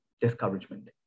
discouragement